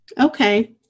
Okay